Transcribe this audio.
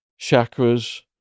chakras